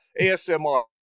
ASMR